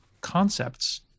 concepts